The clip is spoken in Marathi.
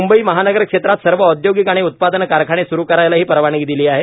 म्ंबई महानगर क्षेत्रात सर्व औद्योगिक आणि उत्पादन कारखाने सुरु करायलाही परवानगी दिली आहे